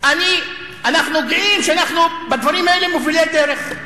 אנחנו גאים שאנחנו בדברים האלה מובילי דרך.